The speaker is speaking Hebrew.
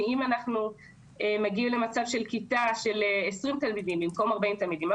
כי אם אנחנו מגיעים למצב של כיתה עם 20 תלמידים במקום 40 תלמידים,